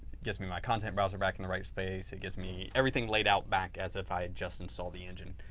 gives me my content browser back in the right space. it gives me everything laid out back as if i had just installed the engine.